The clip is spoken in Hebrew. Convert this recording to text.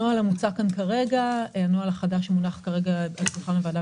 הנוהל החדש מונח כרגע על שולחן הוועדה,